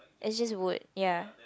is just wood ya